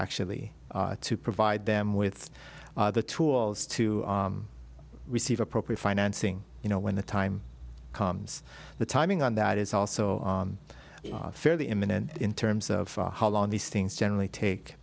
actually to provide them with the tools to receive appropriate financing you know when the time comes the timing on that is also fairly imminent in terms of how long these things generally take